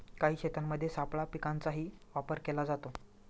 काही शेतांमध्ये सापळा पिकांचाही वापर केला जातो